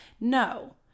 No